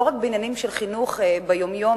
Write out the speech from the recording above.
לא רק בעניינים של חינוך ביום-יום,